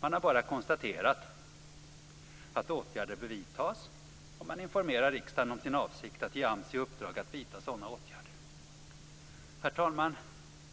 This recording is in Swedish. Man bara konstaterar att åtgärder bör vidtas, och man informerar riksdagen om sin avsikt att ge AMS i uppdrag att vidta sådana åtgärder. Herr talman!